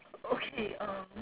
okay um